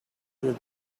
did